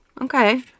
okay